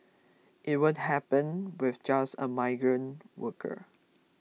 it won't happen with just a migrant worker